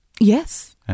Yes